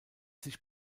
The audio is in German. sich